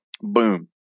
boom